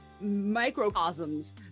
microcosms